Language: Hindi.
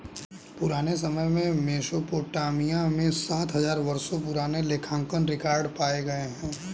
पुराने समय में मेसोपोटामिया में सात हजार वर्षों पुराने लेखांकन रिकॉर्ड पाए गए हैं